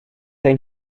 ein